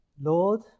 Lord